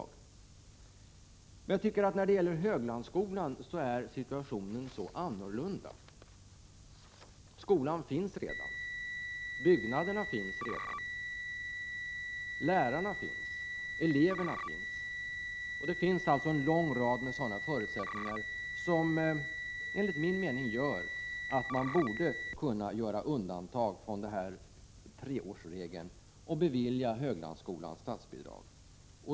Jag tycker dock att situationen när det gäller Höglandsskolan är så annorlunda: skolan finns redan, byggnaderna finns, lärarna finns och eleverna finns. Det finns alltså redan en lång rad förutsättningar som enligt min mening gör att man borde kunna göra undantag från denna treårsregel och bevilja Höglandsskolan statsbidrag.